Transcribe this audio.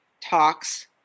talks